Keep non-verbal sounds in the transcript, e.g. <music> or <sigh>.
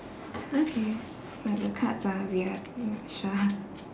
okay but the cards are weird I'm not sure <laughs>